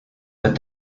but